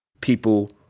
people